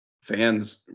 Fans